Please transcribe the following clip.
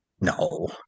No